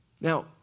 Now